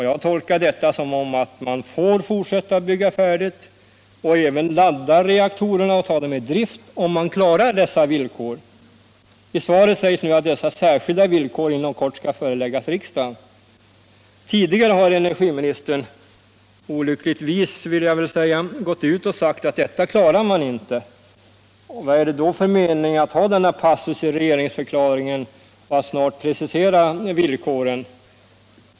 Jag tolkar detta som att man får fortsätta att bygga färdigt och även ladda reaktorerna och ta dem i drift, om man klarar dessa villkor. I svaret sägs nu att dessa särskilda villkor inom kort skall föreläggas riksdagen. Tidigare har energiministern — olyckligtvis, vill jag säga — gått ut och sagt att detta klarar man inte. Vad är det då för mening med att ha denna passus i regeringsförklaringen och att snart precisera villkoren?